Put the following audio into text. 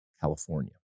California